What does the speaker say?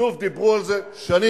שוב, דיברו על זה שנים.